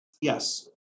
Yes